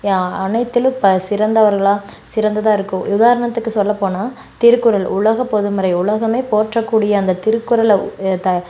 அனைத்திலும் ப சிறந்தவர்களாக சிறந்ததாக இருக்கும் உதாரணத்துக்கு சொல்லப் போனா திருக்குறள் உலகப்பொதுமுறை உலகமே போற்றக்கூடிய அந்த திருக்குறளை த